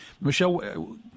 Michelle